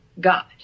God